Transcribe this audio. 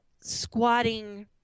squatting